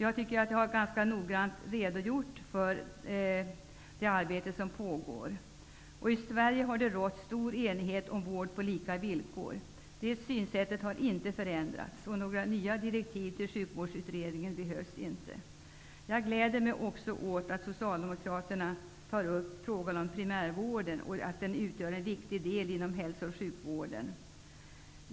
Jag tycker att jag tidigare har redogjort för det arbete som pågår. I Sverige har det rått stor enighet om ''vård på lika villkor''. Det synsättet har inte förändrats, och några nya direktiv till sjukvårdsutredningen behövs inte. Jag gläder mig åt att Socialdemokraterna tar upp frågan om primärvården och att de uppfattar den som en viktig del av hälso och sjukvården.